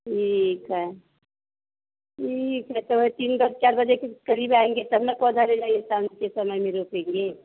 ठीक है ठीक है तो वही तीन बजे चार बजे के करीब आएंगे तब ना पौधा ले जाएंगे शाम के समय में रोपेंगे